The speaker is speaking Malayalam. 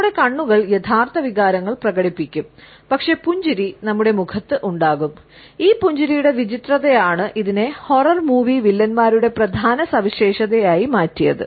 നമ്മുടെ കണ്ണുകൾ യഥാർത്ഥ വികാരങ്ങൾ പ്രകടിപ്പിക്കും പക്ഷേ പുഞ്ചിരി നമ്മുടെ മുഖത്ത് ഉണ്ടാകും ഈ പുഞ്ചിരിയുടെ വിചിത്രതയാണ് ഇതിനെ ഹൊറർ മൂവി വില്ലന്മാരുടെ പ്രധാനസവിശേഷതയായി മാറ്റിയത്